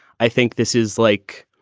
i think this is like.